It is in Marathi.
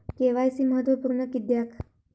के.वाय.सी महत्त्वपुर्ण किद्याक?